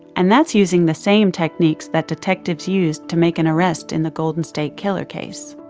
and that's using the same techniques that detectives used to make an arrest in the golden state killer case.